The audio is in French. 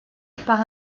par